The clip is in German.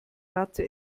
ratte